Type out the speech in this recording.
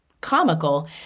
comical